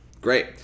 great